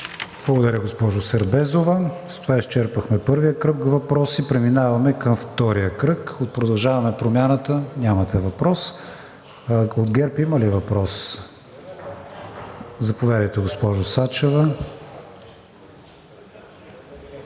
Благодаря, госпожо Сербезова. С това изчерпахме първия кръг въпроси. Преминаваме към втория кръг. От „Продължаваме Промяната“? Нямате въпрос. От ГЕРБ има ли въпрос? Заповядайте, госпожо Сачева. ДЕНИЦА